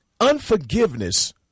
unforgiveness